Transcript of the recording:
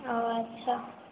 ও আচ্ছা